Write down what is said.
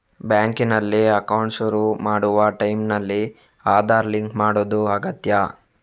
ಬ್ಯಾಂಕಿನಲ್ಲಿ ಅಕೌಂಟ್ ಶುರು ಮಾಡುವ ಟೈಂನಲ್ಲಿ ಆಧಾರ್ ಲಿಂಕ್ ಮಾಡುದು ಅಗತ್ಯ